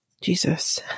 Jesus